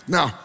Now